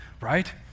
right